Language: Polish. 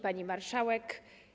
Pani Marszałek!